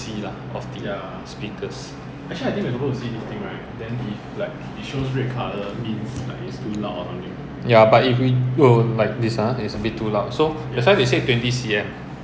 ya man I don't know because suddenly I realise I thought taken away mah my